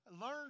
Learn